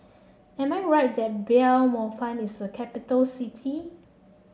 am I right that Belmopan is a capital city